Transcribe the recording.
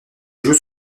joue